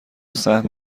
سهم